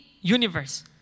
universe